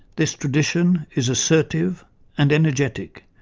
this tradition is assertive and energetic.